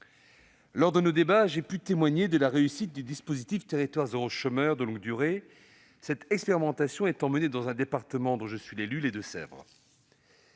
Lors de nos débats, j'ai pu témoigner de la réussite du dispositif « territoires zéro chômeur de longue durée », cette expérimentation étant menée dans un département dont je suis l'élu, les Deux-Sèvres.